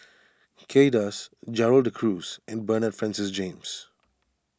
Kay Das Gerald De Cruz and Bernard Francis James